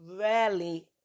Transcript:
rarely